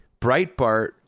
Breitbart